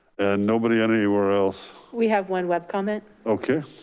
and nobody anywhere else? we have one web comment. okay.